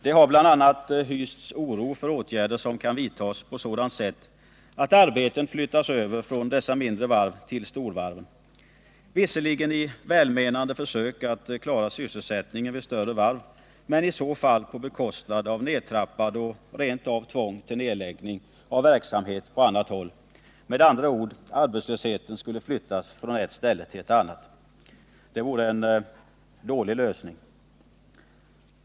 Det har bl.a. hysts oro för åtgärder som kan vidtagas på sådant sätt att arbeten flyttas över från dessa mindre varv till storvarv — visserligen i välmenande försök att klara sysselsättningen vid större varv, men i så fall på bekostnad av nedtrappad och rent av tvångsvis nedlagd verksamhet på annat håll. Med andra ord: arbetslösheten skulle flyttas från ett ställe till ett annat. Det vore en dålig lösning.